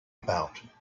about